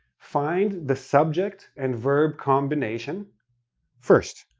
find the subject and verb combination first.